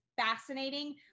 fascinating